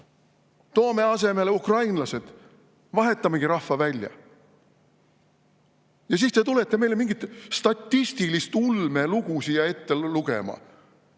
Toome asemele ukrainlased, vahetamegi rahva välja. Ja siis te tulete meile mingit statistilist ulmelugu siia ette lugema.